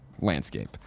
landscape